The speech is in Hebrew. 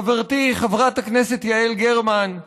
חברתי חברת הכנסת יעל גרמן,